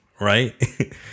right